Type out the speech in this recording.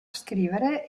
scrivere